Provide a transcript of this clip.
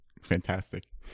fantastic